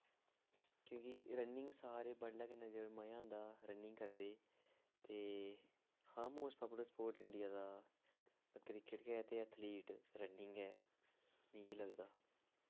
क्योंकि रनिंग सारे बडलै करने दा मज़ा औंदा रनिंग करदे ते हां मोस्ट पापूलर स्पोर्ट इंडिया दा क्रिकेट गै ऐ ते एथलीट रनिंग गै ऐ मिगी लगदा